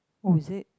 oh is it